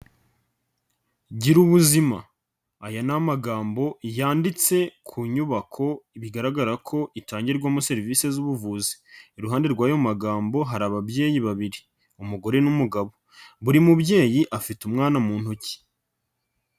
Gira ubuzima aya ni amagambo yanditse ku nyubako bigaragara ko itangirwamo serivisi z'ubuvuzi, iruhande rw' ayo magambo hari ababyeyi babiri umugore n'umugabo, buri mubyeyi afite umwana mu ntoki.